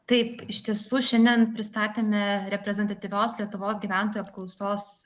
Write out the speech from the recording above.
taip iš tiesų šiandien pristatėme reprezentatyvios lietuvos gyventojų apklausos